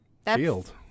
Field